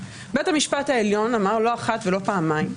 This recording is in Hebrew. בית המשפט העליון אמר לא אחת ולא פעמיים,